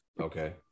Okay